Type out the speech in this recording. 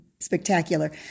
spectacular